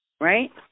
right